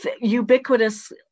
ubiquitous